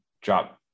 drop